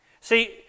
See